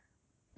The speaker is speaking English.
orh